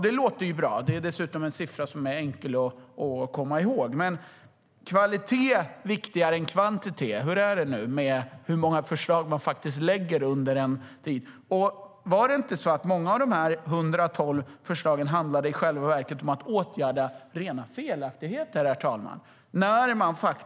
Det låter bra, och det är dessutom en siffra som är enkel att komma ihåg. Men kvalitet är viktigare än kvantitet. Handlade inte många av dessa 112 förslag i själva verket om att åtgärda rena felaktigheter?